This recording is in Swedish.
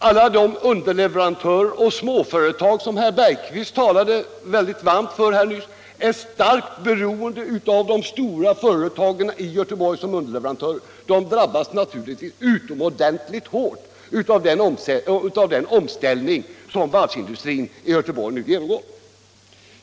Alla de underleverantörer och småföretagare, som herr Bergqvist talade mycket varmt för nyss, är starkt beroende av de stora företagen i Göteborg, och de drabbas naturligtvis utomordentligt hårt av den omställning som varvsindustrin i Göteborg nu genomgår.